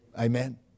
Amen